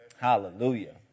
Hallelujah